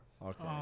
Okay